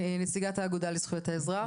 נציגת האגודה לזכויות האזרח.